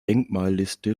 denkmalliste